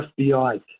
FBI